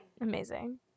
Amazing